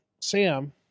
Sam